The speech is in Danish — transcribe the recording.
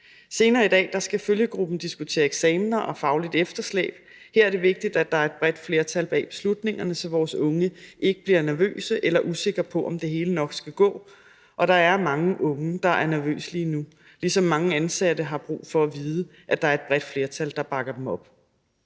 Senere i dag skal følgegruppen diskutere eksamener og fagligt efterslæb. Her er det vigtigt, at der er et bredt flertal bag beslutningerne, så vores unge ikke bliver nervøse eller usikre på, om det hele nok skal gå, og der er mange unge, der er nervøse lige nu, ligesom mange ansatte har brug for at vide, at der er et bredt flertal, der bakker dem op.